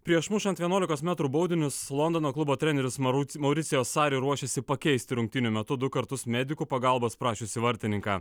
prieš mušant vienuolikos metrų baudinius londono klubo treneris maruc mauricijus sari ruošėsi pakeisti rungtynių metu du kartus medikų pagalbos prašiusi vartininką